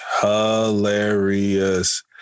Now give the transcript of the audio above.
Hilarious